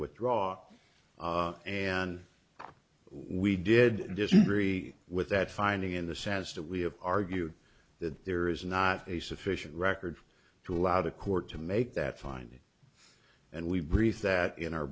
withdraw and we did disagree with that finding in the says that we have argued that there is not a sufficient record to allow the court to make that finding and we brief that in our